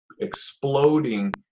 exploding